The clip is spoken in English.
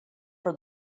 for